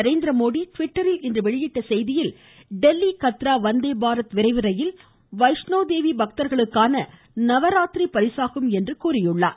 நரேந்திரமோடி இன்று ட்விட்டரில் வெளியிட்டுள்ள செய்தியில் டெல்லி கத்ரா வந்தே பாரத் விரைவு ரயில் வைஷ்ணோதேவி பக்தர்களுக்கான நவராத்திரி பரிசாகும் என்று கூறியுள்ளார்